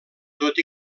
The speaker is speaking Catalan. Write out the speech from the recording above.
tot